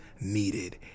needed